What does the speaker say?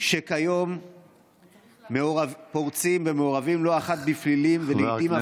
שכיום פורצים ומעורבים לא אחת בפלילים ובטרור,